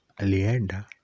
Alienda